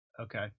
okay